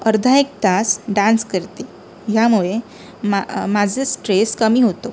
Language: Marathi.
अर्धा एक तास डान्स करते ह्यामुळे मा माझं स्ट्रेस कमी होतो